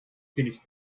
finished